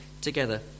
together